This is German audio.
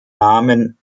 namen